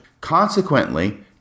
consequently